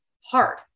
hard